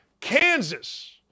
Kansas